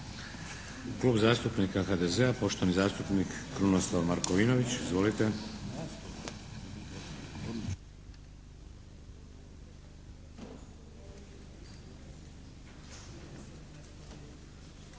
Klub zastupnika HDZ-a, poštovani zastupnik Krunoslav Markovinović. Izvolite.